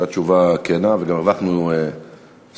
זאת הייתה תשובה כנה וגם הרווחנו סקופ,